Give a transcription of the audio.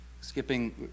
skipping